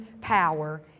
power